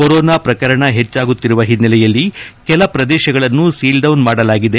corona ಪ್ರಕರಣ ಹೆಚ್ಚಾಗುತ್ತಿರುವ ಹಿನ್ನೆಲೆಯಲ್ಲಿ ಕೆಲ ಪ್ರದೇಶಗಳನ್ನು ಸೀಲ್ಡೌನ್ ಮಾಡಲಾಗಿದೆ